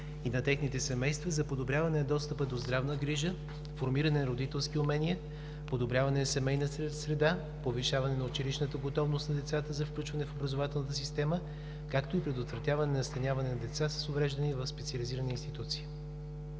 и на техните семейства, за подобряване на достъпа до здравна грижа, формиране на родителски умения, подобряване на семейната среда, повишаване на училищната готовност на децата за включване в образователната система, както и предотвратяване на настаняване на деца с увреждания в специализирани институции.